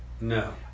no